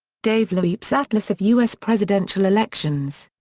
dave leip's atlas of u s. presidential elections.